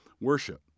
worship